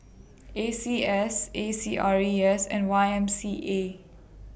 A C S A C R E S and Y M C A